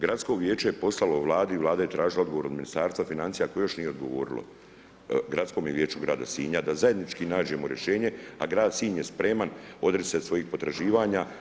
Gradsko vijeće je poslalo Vladi, Vlada je tražila odgovor od Ministarstva financija koje još nije odgovorilo Gradskome vijeću grada Sinja da zajednički nađemo rješenje, a grad Sinj je spreman odreći se svojih potraživanja.